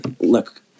look